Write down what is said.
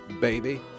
baby